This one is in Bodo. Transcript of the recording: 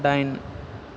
दाइन